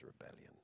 rebellion